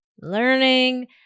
learning